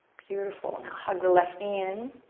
beautiful. now hug the left knee in.